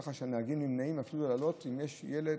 ככה שהנהגים נמנעים אפילו להעלות אם יש ילד,